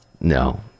no